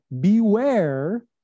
Beware